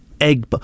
egg